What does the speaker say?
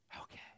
Okay